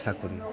साख्रि